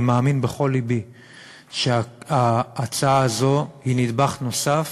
אני מאמין בכל לבי שההצעה הזאת היא נדבך נוסף,